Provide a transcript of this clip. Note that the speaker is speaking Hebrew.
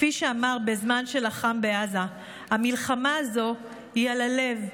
כפי שאמר בזמן שלחם בעזה: המלחמה הזו היא על הלב,